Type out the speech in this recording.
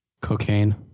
Cocaine